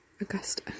Augusta